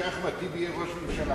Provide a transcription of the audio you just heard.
שאחמד טיבי יהיה ראש הממשלה.